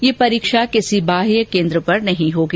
यह परीक्षा किसी बाहय केन्द्र पर नहीं होगी